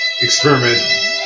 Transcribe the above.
experiment